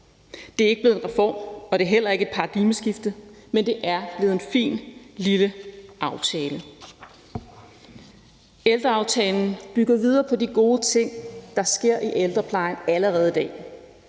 Det er ikke blevet en reform, og det er heller ikke et paradigmeskifte, men det er blevet en fin lille aftale. Ældreaftalen byggede videre på de gode ting, der sker i ældreplejen allerede i dag.